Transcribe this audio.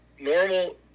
normal